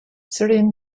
syrian